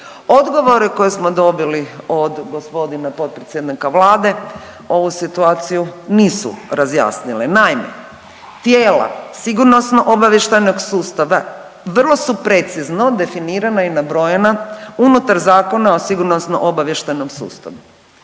Odgovore koje smo dobili od g. potpredsjednika Vlade, ovu situaciju nisu razjasnili. Naime, tijela sigurnosno-obavještajnog sustava vrlo su precizno definirana i nabrojana unutar Zakona o sigurnosno-obavještajnom sustavu.